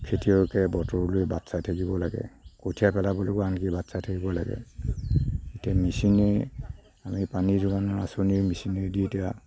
খেতিয়কে বতৰলৈ বাট চাই থাকিব লাগে কঠীয়া পেলাবলৈও আনকি বাট চাই থাকিব লাগে এতিয়া মেছিনে আমি পানী যোগানৰ আঁচনিৰ মেছিনেদি এতিয়া